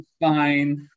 fine